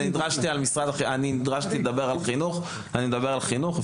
נדרשתי לדבר על חינוך אז אני מדבר על חינוך,